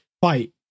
fight